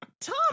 Tom